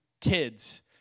kids